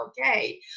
okay